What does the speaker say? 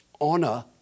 honor